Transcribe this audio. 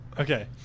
okay